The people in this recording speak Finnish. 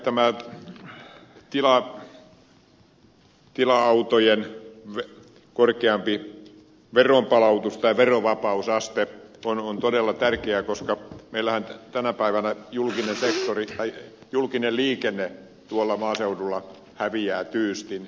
tämä tila autojen korkeampi verovapausaste on todella tärkeä koska meillähän tänä päivänä julkinen liikenne tuolla maaseudulla häviää tyystin